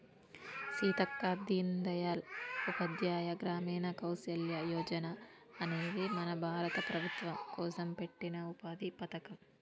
సీతక్క దీన్ దయాల్ ఉపాధ్యాయ గ్రామీణ కౌసల్య యోజన అనేది మన భారత ప్రభుత్వం కోసం పెట్టిన ఉపాధి పథకం